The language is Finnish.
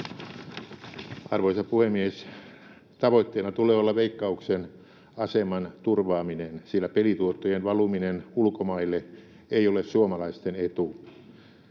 Arvoisa puhemies! Tavoitteena tulee olla Veikkauksen aseman turvaaminen, sillä pelituottojen valuminen ulkomaille ei ole suomalaisten etu.